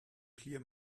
clear